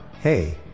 hey